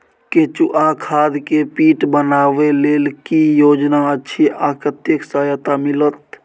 केचुआ खाद के पीट बनाबै लेल की योजना अछि आ कतेक सहायता मिलत?